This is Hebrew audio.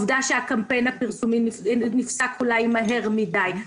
למשל שהקמפיין הפרסומי נפסק מהר מדי,